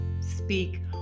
speak